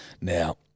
Now